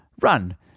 Run